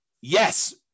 Yes